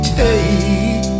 take